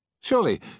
Surely